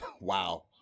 wow